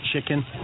chicken